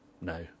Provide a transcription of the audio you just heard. No